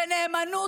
בנאמנות,